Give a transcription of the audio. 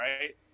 right